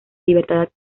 libertad